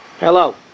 Hello